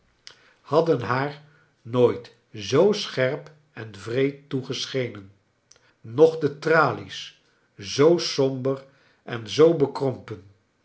hadden haar nooit zoo scherp en wreed toegeschenen noch de tralies zoo somber en zoo bekrompen